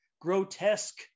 grotesque